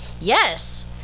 yes